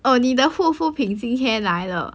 oh 你的护肤品今天来了